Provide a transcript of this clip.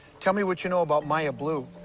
tell me what you know about maya blue.